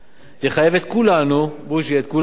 יחייב את כולנו, בוז'י, את כולנו,